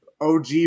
OG